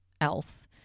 Else